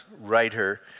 writer